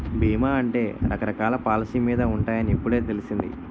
బీమా అంటే రకరకాల పాలసీ మీద ఉంటాయని ఇప్పుడే తెలిసింది